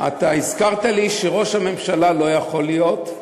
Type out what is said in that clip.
אתה הזכרת לי שראש הממשלה לא יכול להיות,